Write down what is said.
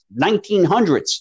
1900s